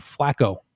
Flacco